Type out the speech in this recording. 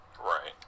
Right